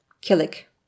Killick